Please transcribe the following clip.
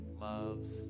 loves